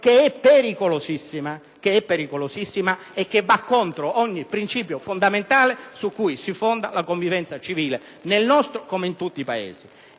che è pericolosissima e che va contro ogni principio fondamentale su cui si fonda la convivenza civile nel nostro come in tutti i Paesi.